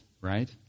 right